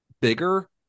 bigger